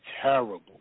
terrible